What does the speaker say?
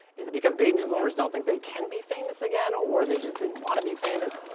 is it because baby boomers don't think they can be famous again or they just didn't wanna be famous?